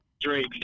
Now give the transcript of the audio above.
Drake